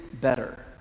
better